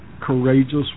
courageous